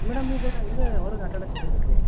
madam ಈಗ ಇಲ್ಲೇ ಹೊರಗೆ ಆಟಾಡಕ್ಕೆ ಹೋಗಿರ್ಬೇಕು ರೀ